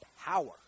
Power